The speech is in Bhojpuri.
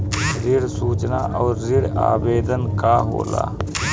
ऋण सूचना और ऋण आवेदन का होला?